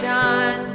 John